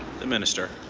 the minister.